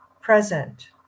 present